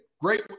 Great